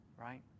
right